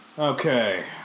Okay